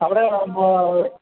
അവിടെ